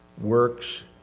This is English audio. works